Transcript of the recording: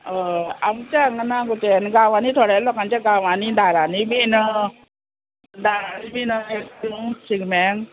हय आमचें हांगा ना गो तेन्ना गांवांनी थोड्या लोकांच्या गांवांनी दारांनी बी न्हू दारांनी बी शिगम्याक